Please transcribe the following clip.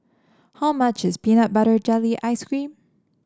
how much is Peanut Butter Jelly Ice cream